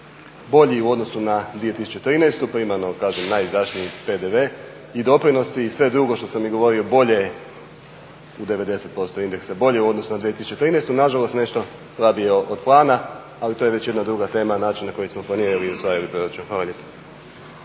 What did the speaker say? bolji u odnosu na 2013. primarno kažem najizdašniji PDV. I doprinosi i sve drugo što sam i govorio i bolje u 90% indeksa, bolje u odnosu na 2013. Na žalost, nešto slabije od plana. Ali to je već jedna druga tema, način na koji smo planirali i usvajali proračun. Hvala lijepa.